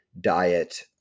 diet